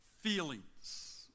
feelings